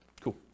Cool